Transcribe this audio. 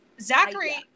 Zachary